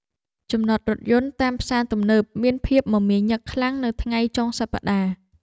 ចំណតរថយន្តតាមផ្សារទំនើបមានភាពមមាញឹកខ្លាំងនៅថ្ងៃចុងសប្តាហ៍។